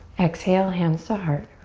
exhale, hands to heart.